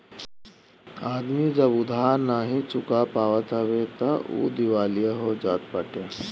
आदमी जब उधार नाइ चुका पावत हवे तअ उ दिवालिया हो जात बाटे